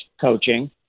coaching